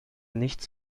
nichts